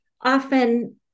often